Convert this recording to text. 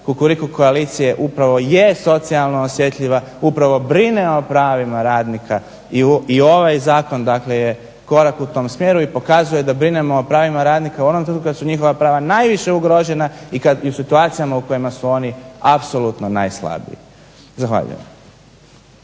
Kukuriku koalicije upravo je socijalno osjetljiva, upravo brine o pravima radnika. I ovaj zakon je korak u tom smjeru i pokazuje da brinemo o pravima radnika u onom trenutku kada su njihova prava najviše ugrožena i kada im i u situacijama u kojima su oni apsolutno najslabiji. Zahvaljujem.